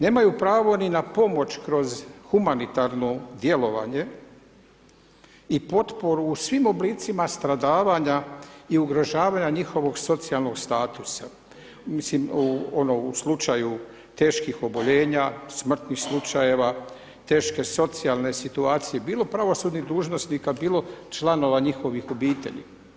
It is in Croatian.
Nemaju pravo ni na pomoć kroz humanitarno djelovanje i potporu u svim oblicima stradavanja i ugrožavanja njihovog socijalnog statusa, mislim ono u slučaju teških oboljenja, smrtnih slučajeva, teške socijalne situacije, bilo pravosudnih dužnosnika, bilo članova njihovih obitelji.